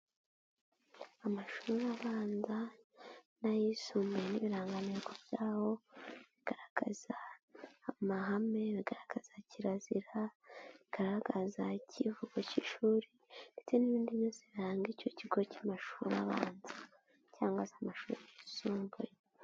Amashuri abanza n'ayisumbuye ibirangantego byaho, bigaragaza amahame, bigaragaza kirazira, bigaragaza kivugo cy'ishuri ndetse n'ibindi byose biranga icyo kigo cy'amashuri abanza cyangwa se amashuri yisumbuye.